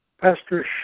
Pastor